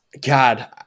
God